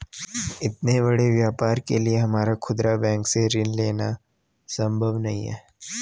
इतने बड़े व्यापार के लिए हमारा खुदरा बैंक से ऋण लेना सम्भव नहीं है